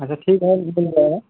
اچھا ٹھیک ہے یہ بھی مل جائے گا